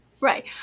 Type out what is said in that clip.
Right